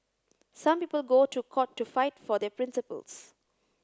some people go to court to fight for their principles